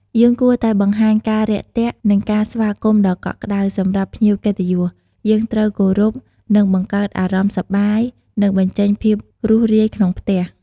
យើងគួរតែបង្ហាញការរាក់ទាក់ និងការស្វាគមន៍ដ៏កក់ក្តៅ សម្រាប់ភ្ញៀវកិត្តិយស យើងត្រូវគោរព និងបង្កើតអារម្មណ៍សប្បាយ និងបញ្ចេញភាពរួសរាយក្នុងផ្ទះ។